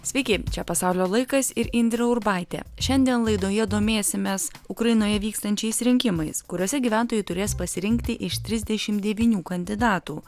sveiki čia pasaulio laikas ir indrė urbaitė šiandien laidoje domėsimės ukrainoje vykstančiais rinkimais kuriuose gyventojai turės pasirinkti iš trisdešim devynių kandidatų